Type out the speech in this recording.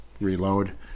reload